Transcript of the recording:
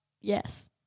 Yes